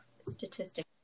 statistics